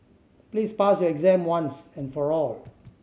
please pass your exam once and for all